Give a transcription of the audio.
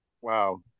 Wow